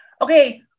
Okay